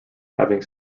having